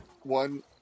One